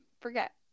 Forget